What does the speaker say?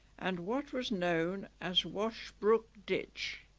and what was known as washbrook ditch